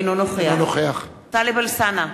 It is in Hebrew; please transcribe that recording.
אינו נוכח טלב אלסאנע,